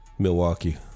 Milwaukee